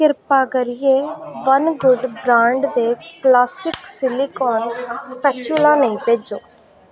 किरपा करियै one good brand दे क्लासिक सिलिकॉन स्पैटुला नेईं भेजो